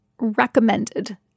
recommended